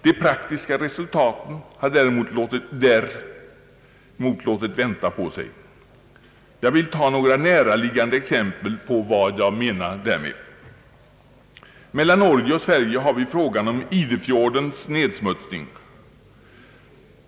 De praktiska resultaten har däremot låtit vänta på sig. Jag skall ta några näraliggande exempel på vad jag menar. Mellan Norge och Sverige har vi frågan om Idefjordens nedsmutsning.